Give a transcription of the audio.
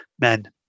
men